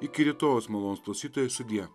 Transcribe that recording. iki rytojaus malonūs klausytojai sudie